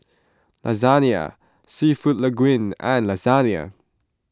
Lasagne Seafood Linguine and Lasagne